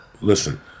Listen